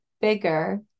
bigger